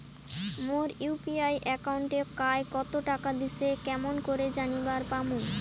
মোর UPI একাউন্টে কায় কতো টাকা দিসে কেমন করে জানিবার পামু?